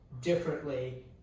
differently